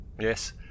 Yes